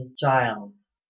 Giles